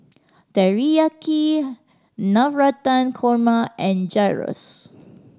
Teriyaki Navratan Korma and Gyros